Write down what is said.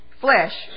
flesh